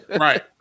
Right